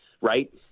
right